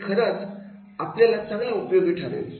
हे खरंच आपल्याला चांगले उपयोगी ठरेल